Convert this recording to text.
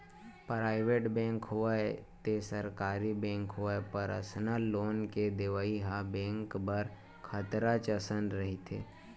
private bank होवय ते सरकारी बेंक होवय परसनल लोन के देवइ ह बेंक बर खतरच असन रहिथे